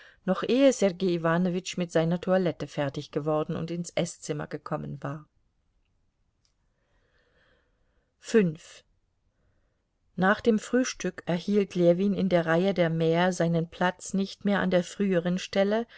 noch ehe sergei iwanowitsch mit seiner toilette fertig geworden und ins eßzimmer gekommen war nach dem frühstück erhielt ljewin in der reihe der mäher seinen platz nicht mehr an der früheren stelle